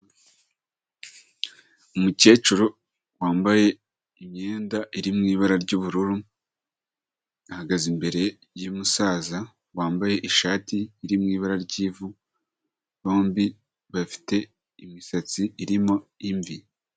Umukecuru wambaye imyenda iri mu ibara ry'ubururu, ahagaze imbere y'umusaza, wambaye ishati iri mu ibara ry'ivu, bombi bafite imisatsi irimo imvi.